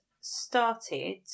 started